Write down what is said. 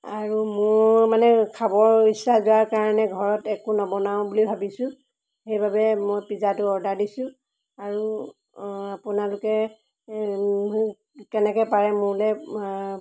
আৰু মোৰ মানে খাবৰ ইচ্ছা যোৱাৰ কাৰণে ঘৰত একো নবনাওঁ বুলি ভাবিছোঁ সেইবাবে মই পিজ্জাটো অৰ্ডাৰ দিছোঁ আৰু আপোনালোকে কেনেকৈ পাৰে মোলৈ